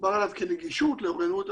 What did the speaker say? דובר עליו כנגישות לאוריינות,